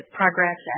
progress